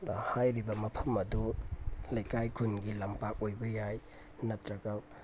ꯑꯗ ꯍꯥꯏꯔꯤꯕ ꯃꯐꯝ ꯑꯗꯨ ꯂꯩꯀꯥꯏ ꯈꯨꯟꯒꯤ ꯂꯝꯄꯥꯛ ꯑꯣꯏꯕ ꯌꯥꯏ ꯅꯠꯇ꯭ꯔꯒ